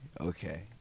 Okay